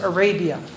Arabia